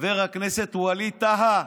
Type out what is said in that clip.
חבר הכנסת ווליד טאהא,